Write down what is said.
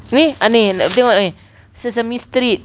ni ha ni tengok ni sesame street